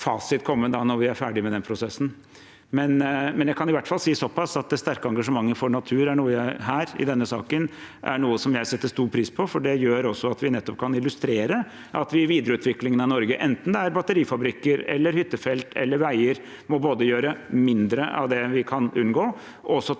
fasit komme når vi er ferdig med den prosessen. Jeg kan i hvert fall si såpass: Det sterke engasjementet for natur i denne saken er noe som jeg setter stor pris på, for det gjør også at vi kan illustrere at vi i videreutviklingen av Norge, enten det er batterifabrikker, hyttefelt eller veier, både må gjøre mindre av det vi kan unngå,